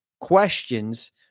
questions